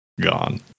gone